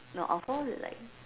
no offals is like